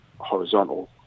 horizontal